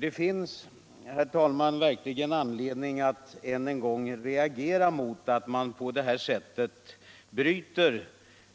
Det finns, herr talman, verkligen anledning att än en gång reagera mot att man på det här sättet bryter